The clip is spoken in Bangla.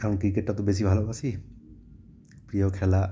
কারণ ক্রিকেটটা তো বেশি ভালোবাসি প্রিয় খেলা